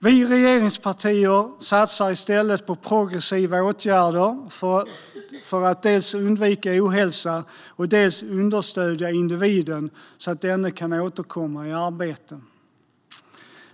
Vi regeringspartier satsar i stället på progressiva åtgärder för att dels undvika ohälsa, dels understödja individen så att denne kan återkomma i arbete.